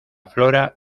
flora